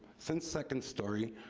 since second story